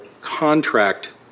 contract